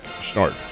start